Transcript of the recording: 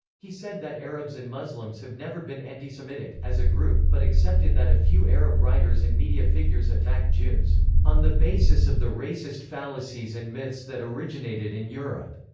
he said that arabs and muslims have never been antisemitic, as a group, but accepted that a few arab writers and media figures attack jews on the basis of the racist fallacies and myths that originated in europe.